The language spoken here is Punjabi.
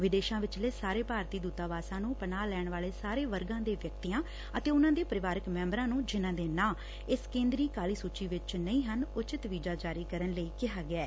ਵਿਦੇਸ਼ਾਂ ਵਿਚਲੇ ਸਾਰੇ ਭਾਰਤੀ ਦੂਤਾਵਾਸਾਂ ਨੂੰ ਪਨਾਹ ਲੈਣ ਵਾਲੈ ਸਾਰੇ ਵਰਗਾਂ ਦੇ ਵਿਅਕਤੀਆਂ ਅਤੇ ਉਨੂਾਂ ਦੇ ਪਰਿਵਾਰਕ ਮੈਂਬਰਾਂ ਨੂੰ ਜਿਨੂਾਂ ਦੇ ਨਾਂ ਇਸ ਕੇ ਂਦਰੀ ਕਾਲੀ ਸੂਚੀ ਵਿਚ ਨਹੀਂ ਨੇ ਉਚਿਤ ਵੀਜ਼ਾ ਜਾਰੀ ਕਰਨ ਲਈ ਕਿਹਾ ਗਿਐ